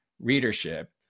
readership